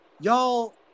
y'all